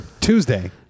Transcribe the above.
Tuesday